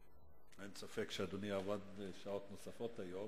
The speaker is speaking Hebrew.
אין ספק שאדוני עבד שעות נוספות היום,